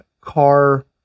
car